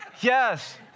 Yes